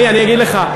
אני אגיד לך.